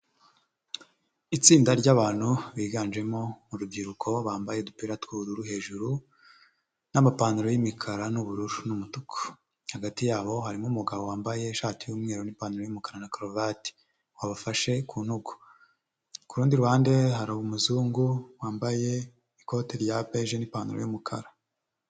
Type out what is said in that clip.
Itsinda ry'abantu biganjemo urubyiruko bambaye udupira tw'ubururu hejuru n'amapantaro y'umukara n'ubururu n'umutuku, hagati ya bo harimo umugabo wambaye ishati y'umweru n'ipantaro y'umukara na karuvati wabafashe ku ntugu, k'urundi ruhande hari umuzungu wambaye ikoti rya peje n'ipantaro y'umukara.